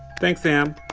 thanks, sam.